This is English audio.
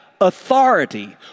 authority